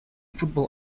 football